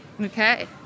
Okay